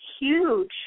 huge